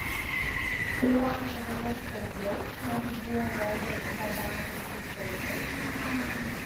irake dabar saugiau negu buvo valdant sadamui huseinui